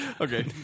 Okay